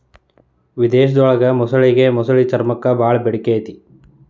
ವಿಧೇಶದೊಳಗ ಮೊಸಳಿಗೆ ಮೊಸಳಿ ಚರ್ಮಕ್ಕ ಬಾಳ ಬೇಡಿಕೆ ಐತಿ